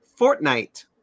Fortnite